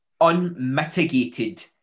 unmitigated